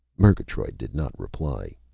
murgatroyd did not reply.